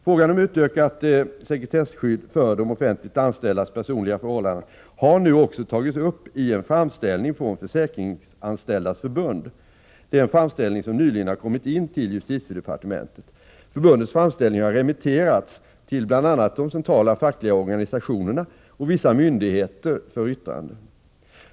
Frågan om ökat sekretesskydd för de offentligt anställdas personliga förhållanden har nu också tagits upp i en framställning från Försäkringsanställdas förbund, som nyligen har kommit in till justitiedepartementet. Förbundets framställning har remitterats till bl.a. de centrala fackliga organisationerna och vissa myndigheter för yttrande.